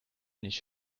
nicht